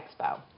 Expo